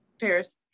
Paris